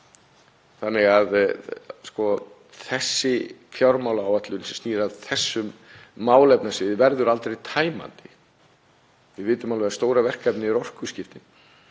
dæmi. Þessi fjármálaáætlun sem snýr að þessu málefnasviði verður aldrei tæmandi. Við vitum alveg að stóra verkefnið er orkuskiptin.